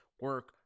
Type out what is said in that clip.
Work